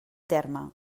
terme